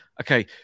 Okay